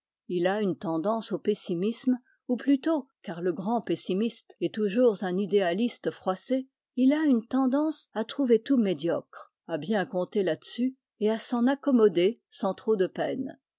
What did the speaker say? il a une tendance au pessimisme ou plutôt car le grand pessimiste est toujours un idéaliste froissé il a une tendance à trouver tout médiocre à bien compter là-dessus et à s'en accommoder sans trop de peine